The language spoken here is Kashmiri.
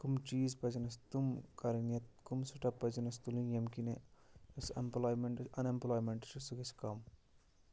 کَم چیٖز پَزن اَسہِ تِم کَرٕنۍ یا کَم سٕٹٮ۪پ پَزن اَسہِ تُلٕنۍ ییٚمۍ کِنہِ اَسہِ اٮ۪مپٕلایمٮ۪نٛٹ اَن اٮ۪مپٕلایمٮ۪نٛٹ چھِ سُہ گژھِ کَم